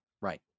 right